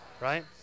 right